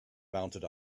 mounted